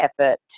effort